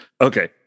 Okay